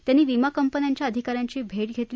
त्यांनी विमा कंपन्यांच्या अधिका यांची भेट घेतली